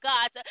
God